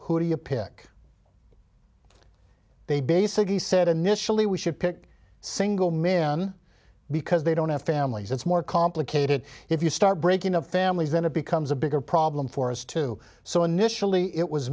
who do you pick they basically said initially we should pick single men because they don't have families it's more complicated if you start breaking up families then it becomes a bigger problem for us too so initially it was